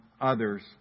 others